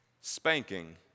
spanking